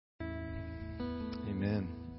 Amen